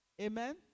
Amen